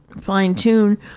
fine-tune